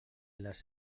les